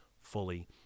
fully